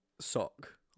sock